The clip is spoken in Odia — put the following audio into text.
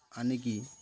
ଆଣିକି